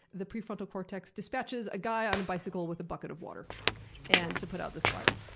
the prefrontal cortex dispatches a guy on a bicycle with a bucket of water and to put out this fire.